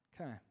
Okay